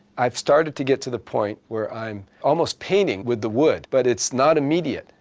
i've started to get to the point where i'm almost painting with the wood, but it's not immediate.